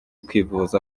kwivuza